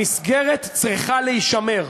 המסגרת צריכה להישמר.